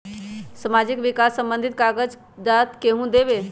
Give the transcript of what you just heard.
समाजीक विकास संबंधित कागज़ात केहु देबे?